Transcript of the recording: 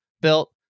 built